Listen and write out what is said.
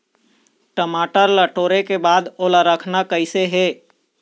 टमाटर ला टोरे के बाद ओला रखना कइसे हे?